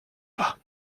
pas